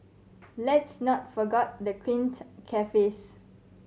let's not forgot the quaint cafes